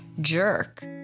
jerk